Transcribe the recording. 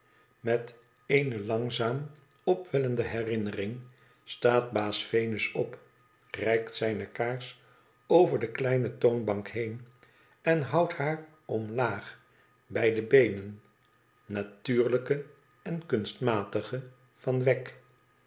met eene langzaam opwellende hennnering staat baas venus op reikt e kaars over de kleine toonbank heen en houdt haar omlaag bij de beenen natuurlijke en kunstmatige van wegg